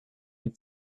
and